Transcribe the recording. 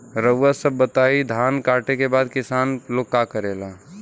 रउआ सभ बताई धान कांटेके बाद किसान लोग का करेला?